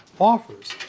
offers